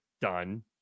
done